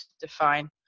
define